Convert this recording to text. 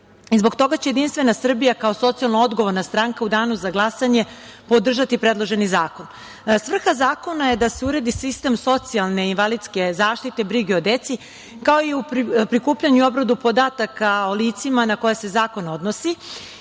Zbog toga će Jedinstvena Srbija, kao socijalno odgovorna stranka, u Danu za glasanje podržati predloženi zakon. Svrha zakona je da se uredi sistem socijalne i invalidske zaštite, brige o deci, kao i prikupljanja i obrade podataka o licima na koja se zakon odnosi.